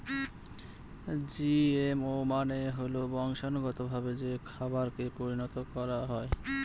GMO মানে হল বংশানুগতভাবে যে খাবারকে পরিণত করা হয়